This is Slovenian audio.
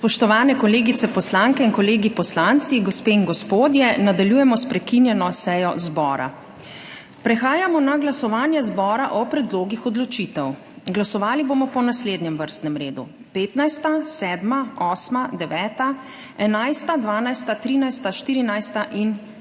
Spoštovani kolegice poslanke in kolegi poslanci, gospe in gospodje! Nadaljujemo s prekinjeno sejo zbora. Prehajamo na glasovanje zbora o predlogih odločitev. Glasovali bomo po naslednjem vrstnem redu: 15., 7., 8., 9., 11., 12., 13., 14. in 16.